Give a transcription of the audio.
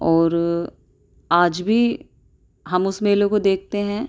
اور آج بھی ہم اس میلے کو دیکھتے ہیں